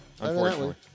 Unfortunately